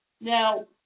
Now